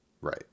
Right